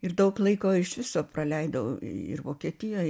ir daug laiko iš viso praleidau ir vokietijoj